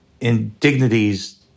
indignities